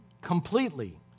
completely